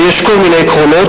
ויש כל מיני עקרונות,